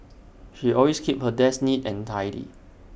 she always keeps her desk neat and tidy